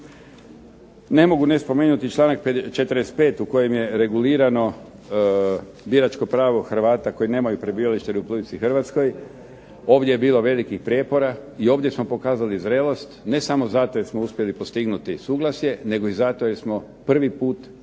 Ne mogu ne spomenuti članak 45. u kojem je regulirano biračko pravo Hrvata koji nemaju prebivalište u Republici Hrvatskoj. Ovdje je bilo velikih prijepora i ovdje smo pokazali zrelost, ne samo zato jer smo uspjeli postignuti suglasje, nego i zato jer smo prvi put jamčili